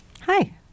Hi